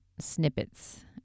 snippets